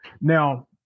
Now